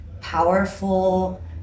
powerful